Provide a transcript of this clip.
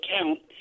account